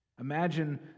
Imagine